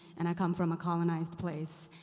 and i come from a colonized place.